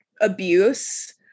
abuse